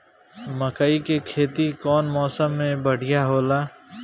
मकई के खेती कउन मौसम में बढ़िया होला?